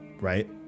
right